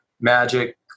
magic